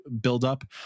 buildup